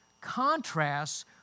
contrasts